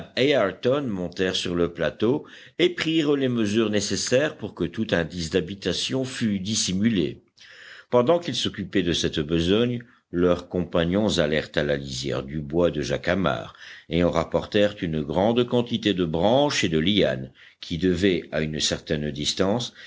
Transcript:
ayrton montèrent sur le plateau et prirent les mesures nécessaires pour que tout indice d'habitation fût dissimulé pendant qu'ils s'occupaient de cette besogne leurs compagnons allèrent à la lisière du bois de jacamar et en rapportèrent une grande quantité de branches et de lianes qui devaient à une certaine distance